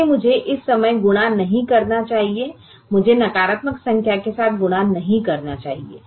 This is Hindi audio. इसलिए मुझे इस समय गुणा नहीं करना चाहिए मुझे नकारात्मक संख्या के साथ गुणा नहीं करना चाहिए